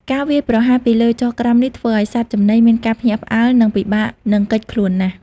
ការវាយប្រហារពីលើចុះក្រោមនេះធ្វើឲ្យសត្វចំណីមានការភ្ញាក់ផ្អើល និងពិបាកនឹងគេចខ្លួនណាស់។